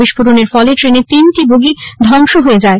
বিস্ফোরণের ফলে ট্রেনের তিনটি বগি ধ্বংস হয়ে যায়